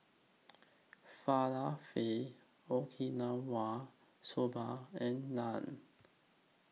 Falafel Okinawa Soba and Naan